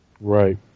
Right